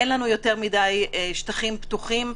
אין לנו יותר מדיי שטחים פתוחים,